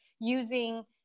using